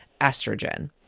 estrogen